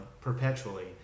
perpetually